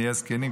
נהיה זקנים,